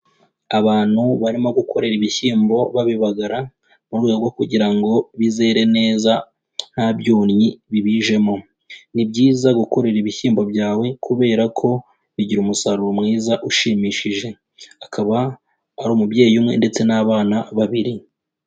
Abantu barimo gukorera ibishyimbo babibagara mu rwego rwo kugira ngo bizere neza nta byonnyi bibijemo, ni byiza gukorera ibishyimbo byawe kubera ko bigira umusaruro mwiza ushimishije, akaba ari umubyeyi umwe ndetse n'abana babiri.